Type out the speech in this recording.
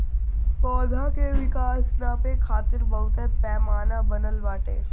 पौधा के विकास के नापे खातिर बहुते पैमाना बनल बाटे